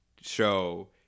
show